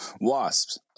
Wasps